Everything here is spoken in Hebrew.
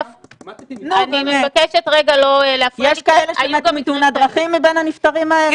יש כאלה שמתו מתאונת דרכים מבין הנפטרים האלה?